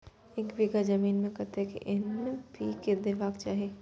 एक बिघा जमीन में कतेक एन.पी.के देबाक चाही?